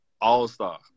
All-Star